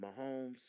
Mahomes